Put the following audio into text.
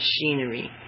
Machinery